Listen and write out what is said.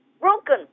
broken